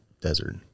desert